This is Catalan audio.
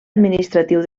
administratiu